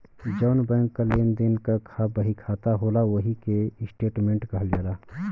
जौन बैंक क लेन देन क बहिखाता होला ओही के स्टेट्मेंट कहल जाला